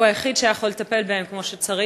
הוא היחיד שהיה יכול לטפל בהם כמו שצריך.